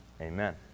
Amen